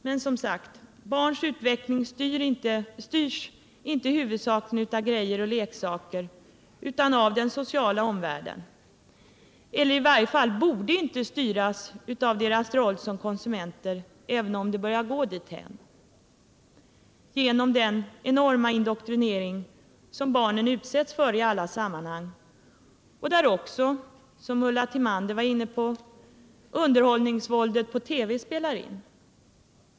Men, som sagt, barns utveckling styrs inte huvudsakligen av grejor och leksaker utan av den sociala omvärlden, eller i varje fall borde inte styras av deras roll som konsumenter, även om det börjar gå dithän genom den enorma indoktrinering som barnen utsätts för i alla sammanhang och där också — som Ulla Tillander berörde — underhållningsvåldet på TV spelar in.